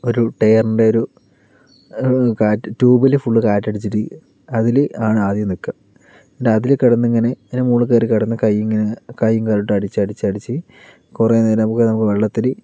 ഒരു ടയറിൻ്റെ ഒരു കാറ്റ് ട്യൂബില് ഫുള്ള് കാറ്റടിച്ചിട്ട് അതില് ആണ് ആദ്യം നിൽക്കുക എന്നിട്ട് അതിൽ കിടന്ന് ഇങ്ങനെ അതിൻറെ മുകളിൽ കയറി കിടന്ന് കയ്യ് ഇങ്ങനെ കയ്യും കാലും ഇട്ട് അടിച്ച് അടിച്ച് അടിച്ച് കുറേനേരം നമുക്ക് വെള്ളത്തില്